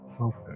Okay